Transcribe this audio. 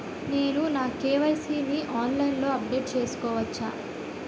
నేను నా కే.వై.సీ ని ఆన్లైన్ లో అప్డేట్ చేసుకోవచ్చా?